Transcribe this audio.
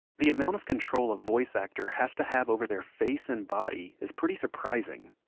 the amount of control a voice actor has to have over their face and body is pretty surprising.